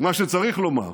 מה שצריך לומר: